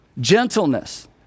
gentleness